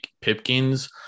Pipkins